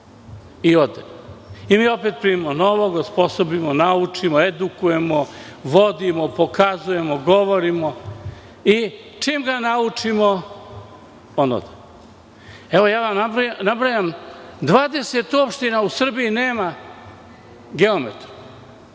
i odu. Mi opet primimo novog, osposobimo, naučimo, edukujemo, vodimo, pokazujemo, govorimo i čim ga naučimo – on ode. Ja sam vam nabrojao da 20 opština u Srbiji nema geometra.